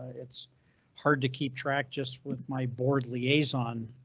it's hard to keep track just with my board liaison.